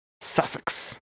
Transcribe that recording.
Sussex